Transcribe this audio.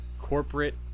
corporate